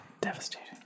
Devastating